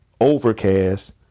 Overcast